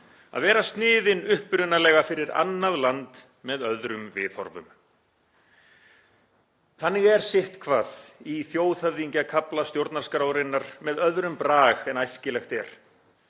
að vera sniðin „upprunalega fyrir annað land, með öðrum viðhorfum“. Þannig er sitthvað í þjóðhöfðingjakafla stjórnarskrárinnar með öðrum brag en æskilegt er;